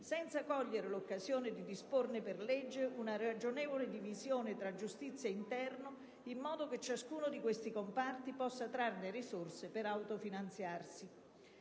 senza cogliere l'occasione di disporne per legge una ragionevole divisione tra giustizia e interno, in modo che ciascuno di questi comparti possa trarne risorse per autofinanziarsi.